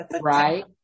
Right